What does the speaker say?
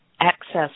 access